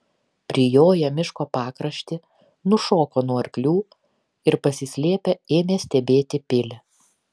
prijoję miško pakraštį nušoko nuo arklių ir pasislėpę ėmė stebėti pilį